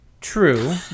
true